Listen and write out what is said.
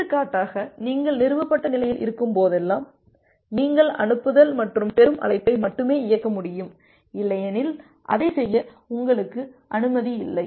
எடுத்துக்காட்டாக நீங்கள் நிறுவப்பட்ட நிலையில் இருக்கும்போதெல்லாம் நீங்கள் அனுப்புதல் மற்றும் பெறும் அழைப்பை மட்டுமே இயக்க முடியும் இல்லையெனில் அதைச் செய்ய உங்களுக்கு அனுமதி இல்லை